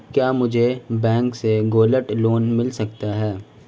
क्या मुझे बैंक से गोल्ड लोंन मिल सकता है?